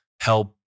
help